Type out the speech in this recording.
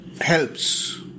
Helps